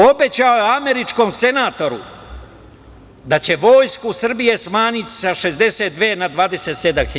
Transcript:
Obećao je američkom senatoru da će Vojsku Srbije smanjiti sa 62.000 na 27.000.